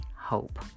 hope